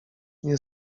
nie